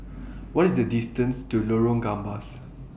What IS The distance to Lorong Gambas